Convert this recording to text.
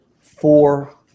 four